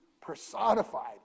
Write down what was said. personified